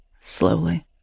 slowly